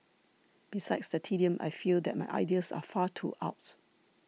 besides the tedium I feel that my ideas are far too out